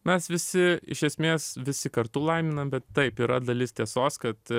mes visi iš esmės visi kartu laiminam bet taip yra dalis tiesos kad